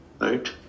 right